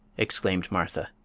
exclaimed martha.